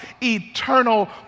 Eternal